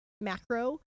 macro